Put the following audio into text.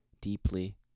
deeply